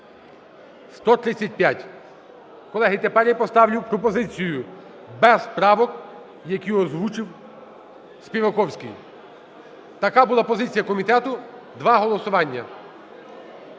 За-135 Колеги, тепер я поставлю пропозицію: без правок, які озвучив Співаковський. Така була позиція комітету – два голосування.